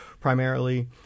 primarily